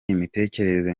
imitekerereze